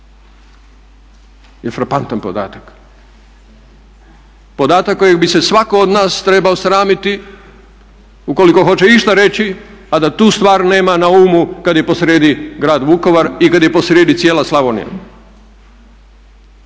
je frapantan podatak. Podatak kojeg bi se svatko od nas trebao sramiti ukoliko hoće išta reći, a da tu stvar nema na umu kad je posrijedi grad Vukovar i kad je posrijedi cijela Slavonija.